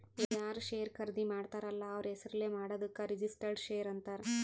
ಯಾರ್ ಶೇರ್ ಖರ್ದಿ ಮಾಡ್ತಾರ ಅಲ್ಲ ಅವ್ರ ಹೆಸುರ್ಲೇ ಮಾಡಾದುಕ್ ರಿಜಿಸ್ಟರ್ಡ್ ಶೇರ್ ಅಂತಾರ್